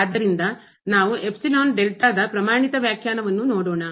ಆದ್ದರಿಂದ ನಾವು ಎಪ್ಸಿಲಾನ್ ಡೆಲ್ಟಾದ ಪ್ರಮಾಣಿತ ವ್ಯಾಖ್ಯಾನವನ್ನು ನೋಡೋಣ